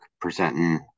presenting